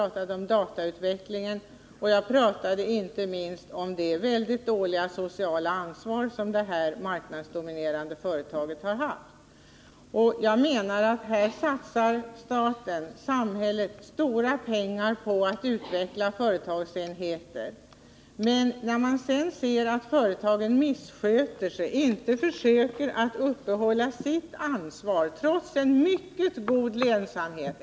Jag talade om datautvecklingen och inte minst om det väldigt dåliga sociala ansvar som det här marknadsdominerande företaget har haft. Här satsar samhället stora pengar på att utveckla företagsenheter. Men vad händer? Jo, företagen missköter sig, försöker inte upprätthålla sitt ansvar trots mycket god lönsamhet.